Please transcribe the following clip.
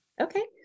Okay